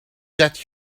got